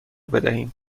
بدهیم